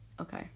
Okay